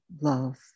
love